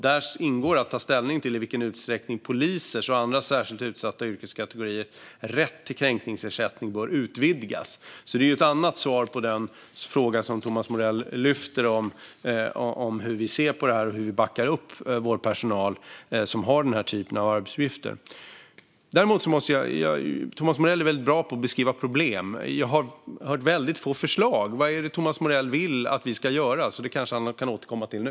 Där ingår att ta ställning till i vilken utsträckning polisers och andra särskilt utsatta yrkeskategoriers rätt till kränkningsersättning bör utvidgas. Det är ett annat svar på den fråga som Thomas Morell tar upp om hur vi ser på det här och hur vi backar upp den personal som har den här typen av arbetsuppgifter. Thomas Morell är väldigt bra på att beskriva problem. Däremot har jag hört väldigt få förslag. Vad är det Thomas Morell vill att vi ska göra? Det kanske han kan återkomma till nu.